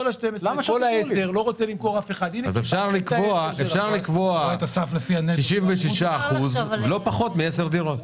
ה-12 --- אז אפשר לקבוע 66 אחוז לא פחות מ-10 דירות.